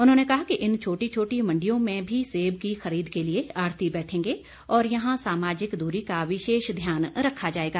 उन्होंने कहा कि इन छोटी छोटी मंडियों में भी सेब की खरीद के लिए आढ़ती बैठेंगे और यहां सामाजिक दूरी का विशेष ध्यान रखा जाएगा